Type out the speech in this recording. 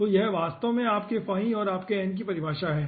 तो यह वास्तव में आपके फाई और आपके n की परिभाषा है